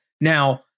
Now